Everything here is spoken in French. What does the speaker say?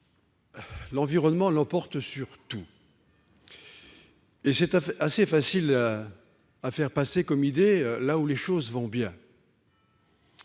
l'environnement l'emporte sur tout. Et c'est une idée assez facile à faire passer là où les choses vont bien,